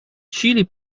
чили